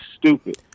stupid